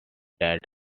that